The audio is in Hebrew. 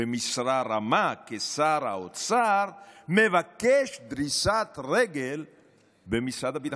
במשרה רמה כשר האוצר מבקש דריסת רגל במשרד הביטחון.